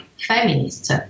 feminists